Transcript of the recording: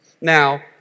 Now